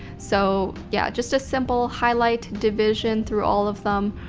so yeah, just a simple highlight division through all of them,